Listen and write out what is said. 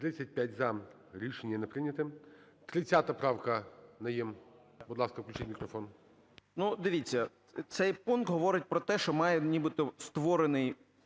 За-35 Рішення не прийнято. 30 правка, Найєм. Будь ласка, включіть мікрофон.